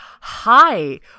hi